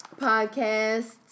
Podcasts